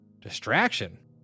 Distraction